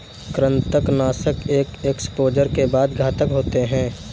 कृंतकनाशक एक एक्सपोजर के बाद घातक होते हैं